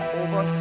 over